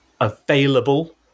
available